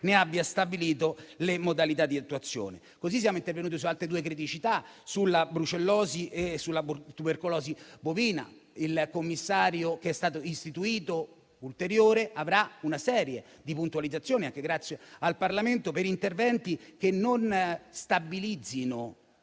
ne abbia stabilito le modalità di attuazione. Così siamo intervenuti su altre due criticità, la brucellosi e la tubercolosi bovina. Il commissario ulteriore che è stato istituito avrà una serie di puntualizzazioni, anche grazie al Parlamento, per interventi che non stabilizzino